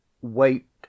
wait